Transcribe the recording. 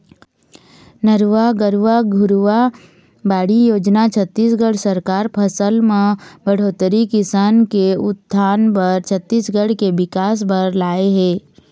नरूवा, गरूवा, घुरूवा, बाड़ी योजना छत्तीसगढ़ सरकार फसल म बड़होत्तरी, किसान के उत्थान बर, छत्तीसगढ़ के बिकास बर लाए हे